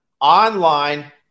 online